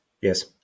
Yes